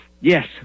Yes